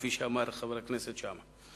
כפי שאמר חבר הכנסת שאמה.